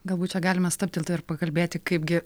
galbūt čia galima stabtelti ir pakalbėti kaipgi